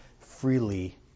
freely